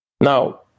Now